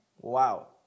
Wow